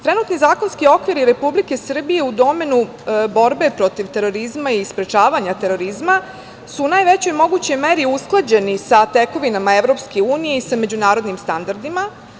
Trenutni zakonski okviri Republike Srbije u domenu borbe protiv terorizma i sprečavanja terorizma su u najvećoj mogućoj meri usklađeni sa tekovinama EU i sa međunarodnim standardima.